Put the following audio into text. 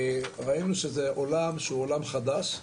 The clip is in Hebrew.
ראינו שזה עולם שהוא עולם חדש,